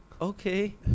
Okay